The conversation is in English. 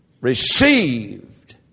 received